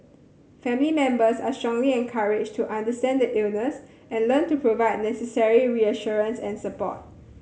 family members are strongly encouraged to understand the illness and learn to provide necessary reassurance and support